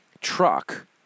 truck